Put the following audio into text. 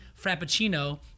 frappuccino